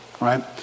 right